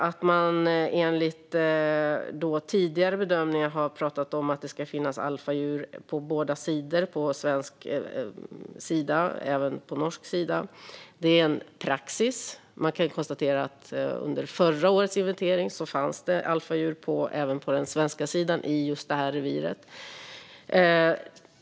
Att man enligt tidigare bedömningar har pratat om att det ska finnas alfadjur på både norsk och svensk sida om gränsen är en praxis. Man kan konstatera att under förra årets inventering fanns det alfadjur även på den svenska sidan i just det här reviret.